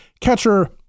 catcher